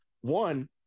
One